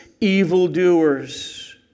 evildoers